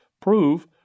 prove